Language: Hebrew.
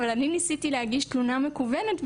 אבל אני ניסיתי להגיש תלונה מקוונת,